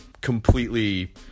completely